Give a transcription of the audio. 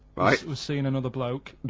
was seeing another bloke. but